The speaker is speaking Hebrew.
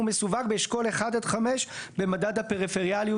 הוא מסווג באשכול 1 עד 5 במדד הפריפריאליות